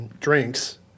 Drinks